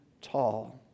tall